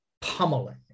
pummeling